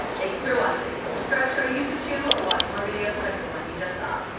thanks for watching! subscribe to our youtube channel to watch more videos like the one you just saw.